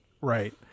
Right